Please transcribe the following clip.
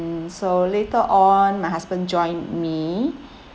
mm so later on my husband joined me